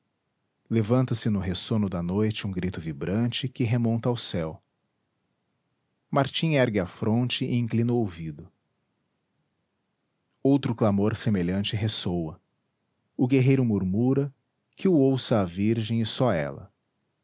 levanta-se no ressono da noite um grito vibrante que remonta ao céu martim ergue a fronte e inclina o ouvido outro clamor semelhante ressoa o guerreiro murmura que o ouça a virgem e só ela